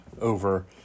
over